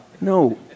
No